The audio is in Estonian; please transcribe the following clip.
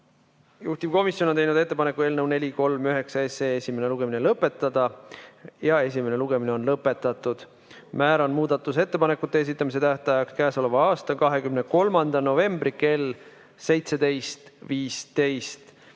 Juhtivkomisjon on teinud ettepaneku eelnõu 439 esimene lugemine lõpetada. Esimene lugemine on lõpetatud. Määran muudatusettepanekute esitamise tähtajaks k.a 23. novembri kell 17.15.